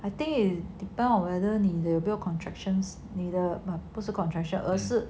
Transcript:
I think is depend on 你的 labour contractions 你的 contraction 而是